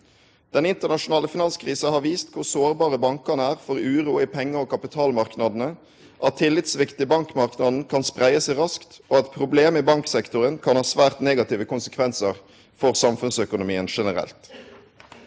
Den internasjonale finanskrisa har vist kor sårbare bankane er for uro i penge- og kapitalmarknadene, at tillitssvikt i bankmarknaden kan spreie seg raskt, og at problem i banksektoren kan ha svært negative konsekvensar for samfunnsøkonomien generelt.